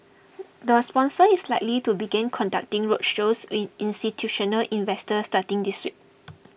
the sponsor is likely to begin conducting roadshows with institutional investor starting this week